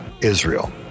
Israel